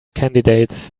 candidates